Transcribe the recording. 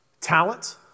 talent